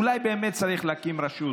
אולי באמת צריך להקים רשות: